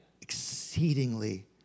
Exceedingly